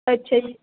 ਅੱਛਾ ਜੀ